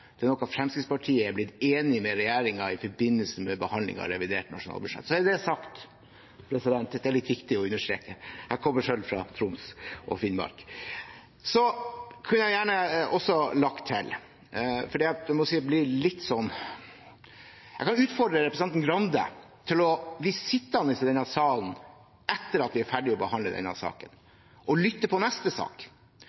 Fremskrittspartiet er blitt enig med regjeringen om i forbindelse med behandlingen av revidert nasjonalbudsjett. Så er det sagt. Det er litt viktig å understreke. Jeg kommer selv fra Troms og Finnmark. Jeg vil utfordre representanten Grande til å bli sittende i salen etter at vi er ferdige med å behandle denne saken, og lytte til